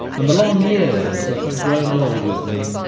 and the long years that have grown old with me,